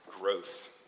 growth